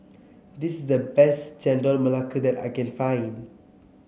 this the best Chendol Melaka that I can find